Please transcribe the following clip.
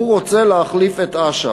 הוא רוצה להחליף את אש"ף.